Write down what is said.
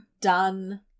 done